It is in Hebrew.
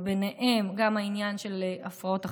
וביניהן העניין של הפרעות אכילה,